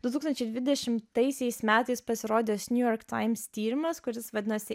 du tūkstančiai dvidešimtaisiais metais pasirodęs new york times tyrimas kuris vadinosi